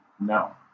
No